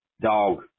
Dog